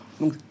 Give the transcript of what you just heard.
Donc